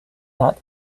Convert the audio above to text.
that